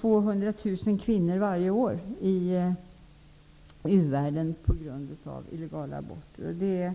200 000 kvinnor dör varje år i u-världen på grund av illegala aborter.